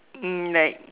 um like